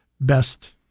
best